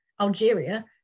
Algeria